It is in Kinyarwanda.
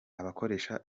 abakoresha